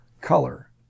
color